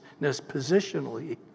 positionally